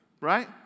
right